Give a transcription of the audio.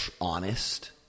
honest